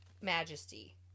Majesty